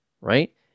right